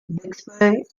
bixby